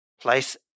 place